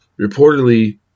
reportedly